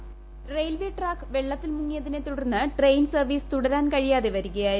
voice railway track വെള്ളത്തിൽ മുങ്ങിയതിനെ തുടർന്ന് ട്രെയിനിന് സർവ്വീസ് തുടരാൻ കഴിയാതെ വരികയായിരുന്നു